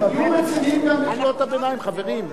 תהיו רציניים גם בקריאות הביניים, חברים.